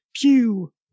pew